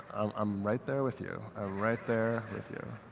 i'm right there with you, i'm right there with you.